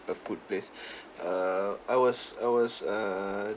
a food place err I was I was err